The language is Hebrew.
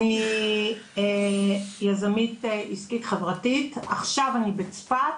אני יזמית עסקית חברתית, עכשיו אני בצפת,